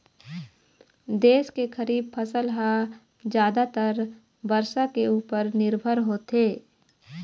देश के खरीफ फसल ह जादातर बरसा के उपर निरभर होथे